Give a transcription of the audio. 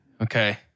Okay